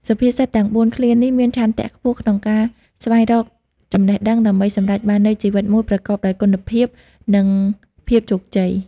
សុភាសិតទាំងបួនឃ្លានេះមានឆន្ទៈខ្ពស់ក្នុងការស្វែងរកចំណេះដឹង ដើម្បីសម្រេចបាននូវជីវិតមួយប្រកបដោយគុណភាព និងភាពជោគជ័យ។